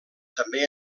també